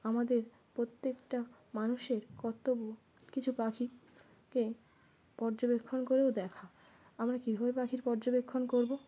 আমাদের প্রত্যেকটা মানুষের কর্তব্য কিছু পাখিকে পর্যবেক্ষণ করেও দেখা আমরা কীভাবে পাখির পর্যবেক্ষণ করবো